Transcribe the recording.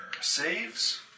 Saves